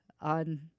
on